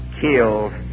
killed